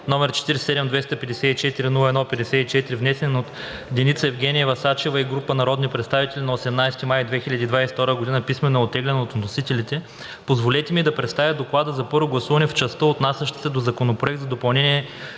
№ 47-254-01-54, внесен от Деница Евгениева Сачева и група народни представители на 18 май 2022 г. писмено е оттеглен от вносителите, позволете ми да представя Доклада за първо гласуване в частта, отнасяща се до Законопроект за допълнение